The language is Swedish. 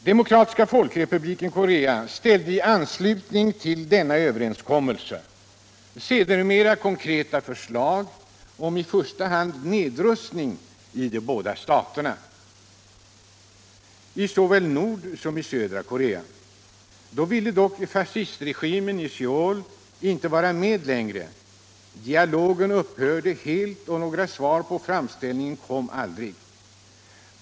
Demokratiska folkrepubliken Korea ställde i anslutning till denna överenskommelse sedermera konkreta förslag om i första hand nedrustning i de båda staterna — i såväl Nordkorea som södra Korea. Då ville fascistregimen i Söul inte vara med längre. Dialogen upphörde helt, och några svar på framställningen kom aldrig.